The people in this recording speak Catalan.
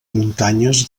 muntanyes